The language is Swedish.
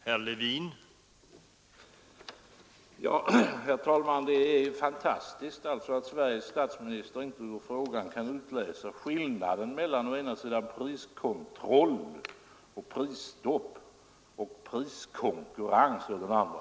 Herr talman! Det är fantastiskt att Sveriges handelsminister inte ur frågan kan utläsa skillnaden mellan priskontroll och prisstopp å ena sidan och priskonkurrens å den andra.